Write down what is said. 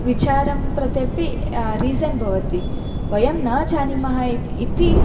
विचारं प्रत्यपि रीज़न् भवति वयं न जानीमः इति